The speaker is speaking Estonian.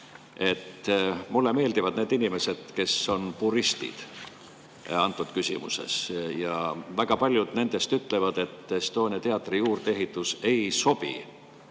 Mulle meeldivad need inimesed, kes on puristid selles küsimuses. Väga paljud nendest ütlevad, et Estonia teatri juurdeehitus ei sobi